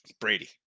Brady